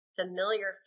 familiar